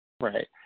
Right